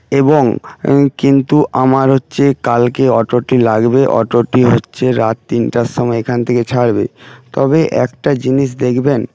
এবং কিন্তু আমার হচ্ছে কালকে অটোটি লাগবে অটোটি হচ্ছে রাত তিনটের সময় এখান থেকে ছাড়বে তবে একটা জিনিস দেখবেন